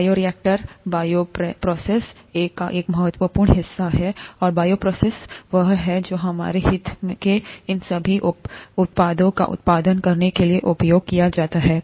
bioreactor bioprocess का एक महत्वपूर्ण हिस्सा है और बायोप्रोसेस वह है जो हमारे हित के इन सभी उत्पादों का उत्पादन करने के लिए उपयोग किया जाता है